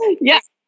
Yes